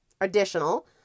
additional